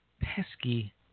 pesky